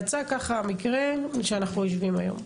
יצא המקרה שאנחנו יושבים היום.